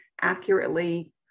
accurately